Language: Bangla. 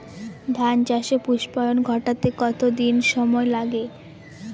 ধান চাষে পুস্পায়ন ঘটতে কতো দিন সময় লাগে?